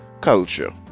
culture